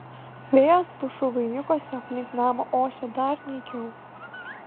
vėjas pušų vainikuose aplink namą ošė dar nykiau